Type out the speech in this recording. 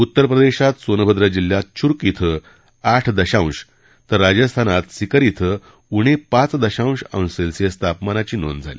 उत्तर प्रदेशात सोनभद्र जिल्ह्यात चुर्क इथं आठ दशांश तर राजस्थानात सिकर इथं उणे पाच दशांश अंश सेल्सियस तापमानाची नोंद झाली